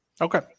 Okay